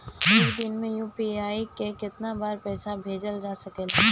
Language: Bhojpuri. एक दिन में यू.पी.आई से केतना बार पइसा भेजल जा सकेला?